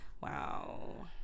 Wow